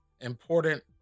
important